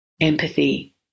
empathy